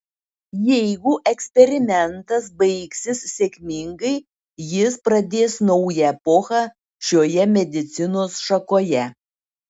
jeigu eksperimentas baigsis sėkmingai jis pradės naują epochą šioje medicinos šakoje